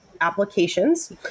applications